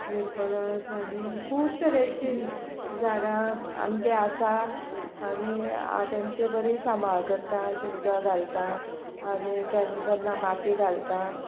निरपणस आनी खूब तरेचीं झाडां आमगेर आसा आनी हांव तेंची बरी सांबाळ करता अशें उदक घालता आनी केन्ना केन्ना माती घालता